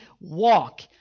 walk